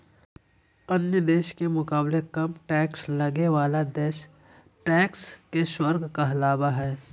अन्य देश के मुकाबले कम टैक्स लगे बाला देश टैक्स के स्वर्ग कहलावा हई